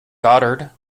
goddard